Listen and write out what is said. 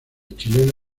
chilena